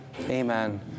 amen